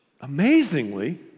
amazingly